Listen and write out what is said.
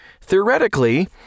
Theoretically